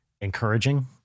encouraging